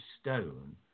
stone